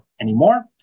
anymore